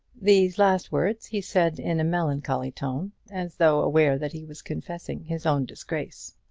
these last words he said in a melancholy tone, as though aware that he was confessing his own disgrace.